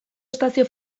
estazio